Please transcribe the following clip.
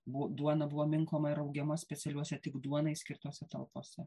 buv duona buvo minkoma ir raugiama specialiuose tik duonai skirtose talpose